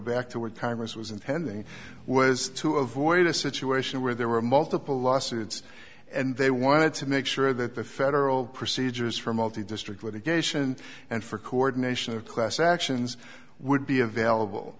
back to what congress was intending was to avoid a situation where there were multiple lawsuits and they wanted to make sure that the federal procedures for multi district with a geisha and and for coordination of class actions would be available